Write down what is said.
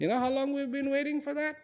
you know how long we've been waiting for that